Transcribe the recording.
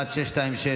1626,